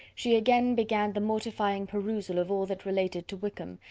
she again began the mortifying perusal of all that related to wickham,